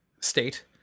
state